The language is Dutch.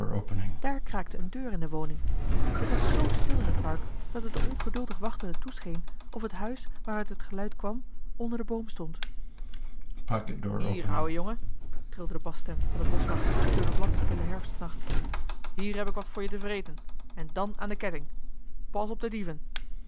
daar kraakte eene deur in de woning t was zoo stil in het park dat het den ongeduldig wachtende toescheen of het huis waaruit het geluid kwam onder den boom stond hier ouwe jongen trilde de basstem van den boschwachter door den bladstillen herfstnacht hier heb ik wat voor je te vreten en dan aan den ketting pas op de dieven